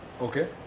Okay